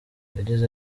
yagize